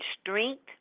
strength